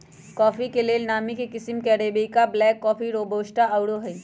coffee के लेल नामी किशिम में अरेबिका, ब्लैक कॉफ़ी, रोबस्टा आउरो हइ